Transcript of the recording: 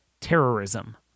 terrorism